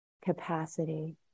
capacity